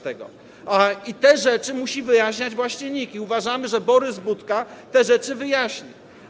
Te rzeczy musi wyjaśniać właśnie NIK i uważamy, że Borys Budka te rzeczy wyjaśni.